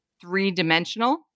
three-dimensional